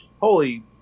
holy